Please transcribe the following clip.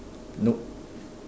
nope